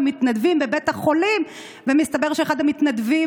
מתנדבים בבית החולים והסתבר שאחד המתנדבים,